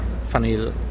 funny